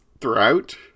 throughout